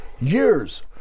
years